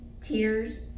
Tears